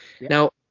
Now